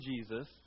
Jesus